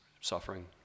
suffering